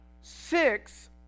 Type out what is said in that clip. six